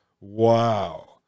Wow